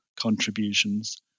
contributions